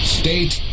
state